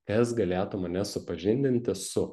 kas galėtų mane supažindinti su